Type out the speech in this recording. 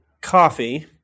coffee